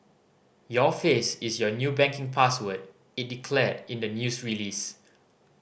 your face is your new banking password it declared in the news release